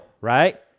right